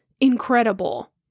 incredible